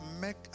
make